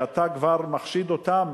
שאתה כבר מחשיד אותם